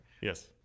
Yes